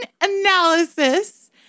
analysis